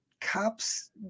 cops